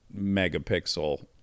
Megapixel